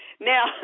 Now